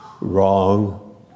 Wrong